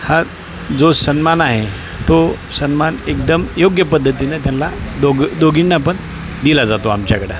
हा जो सन्मान आहे तो सन्मान एकदम योग्य पद्धतीने त्यांना दोघ दोघींना पण दिला जातो आमच्याकडं